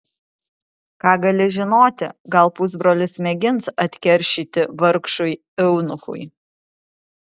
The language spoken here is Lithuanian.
ką gali žinoti gal pusbrolis mėgins atkeršyti vargšui eunuchui